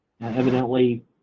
evidently